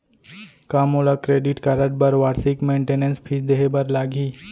का मोला credit card बर वार्षिक मेंटेनेंस फीस देहे बर लागही?